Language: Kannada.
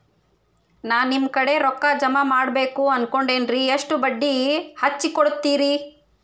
ನಾ ನಿಮ್ಮ ಕಡೆ ರೊಕ್ಕ ಜಮಾ ಮಾಡಬೇಕು ಅನ್ಕೊಂಡೆನ್ರಿ, ಎಷ್ಟು ಬಡ್ಡಿ ಹಚ್ಚಿಕೊಡುತ್ತೇರಿ?